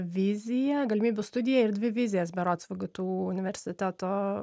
viziją galimybių studiją ir dvi vizijas berods vgtu universiteto